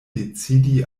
decidi